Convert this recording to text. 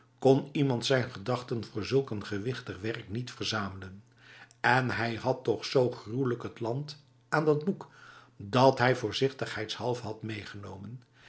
kon iemand zijn gedachten voor zulk een gewichtig werk niet verzamelen en hij had toch zo gruwelijk het land aan dat boek dat hij voorzichtigheidshalve had meegenomen